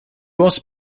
was